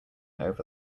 over